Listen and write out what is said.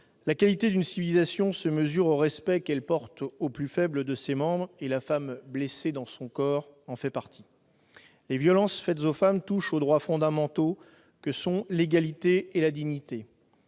La qualité d'une civilisation se mesure au respect qu'elle porte aux plus faibles de ses membres et la femme blessée dans son corps en fait partie. Les violences faites aux femmes touchent aux droits fondamentaux que sont l'égalité et la dignité.